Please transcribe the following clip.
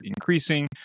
increasing